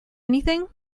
anything